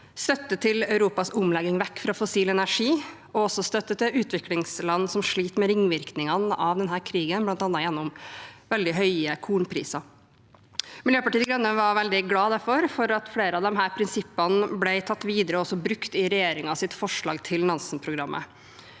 støtte til Europas omlegging vekk fra fossil energi, og også støtte til utviklingsland som sliter med ringvirkninger av denne krigen, bl.a. gjennom veldig høye kornpriser. Miljøpartiet De Grønne var derfor veldig glade for at flere av disse prinsippene ble tatt videre og også brukt i regjeringens forslag til Nansen-programmet.